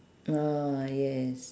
oh yes